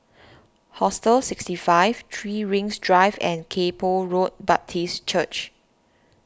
Hostel sixty five three Rings Drive and Kay Poh Road Baptist Church